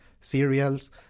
cereals